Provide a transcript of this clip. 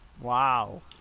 Wow